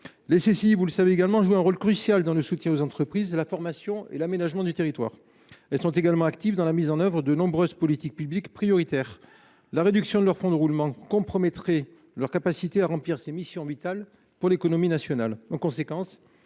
Les CCI jouent un rôle crucial dans le soutien aux entreprises, dans la formation et dans l’aménagement du territoire. Elles sont également actives dans la mise en œuvre de nombreuses politiques publiques prioritaires. La réduction de leurs fonds de roulement compromettrait leur capacité à remplir ces missions vitales pour l’économie nationale. En conséquence,